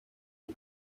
die